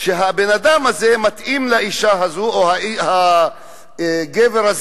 שהבן-אדם הזה מתאים לאשה הזו או הגבר הזה